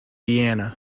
diana